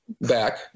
back